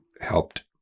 helped